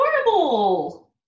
adorable